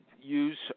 use